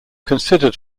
considered